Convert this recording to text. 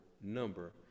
number